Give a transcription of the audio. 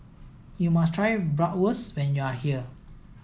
you must try Bratwurst when you are here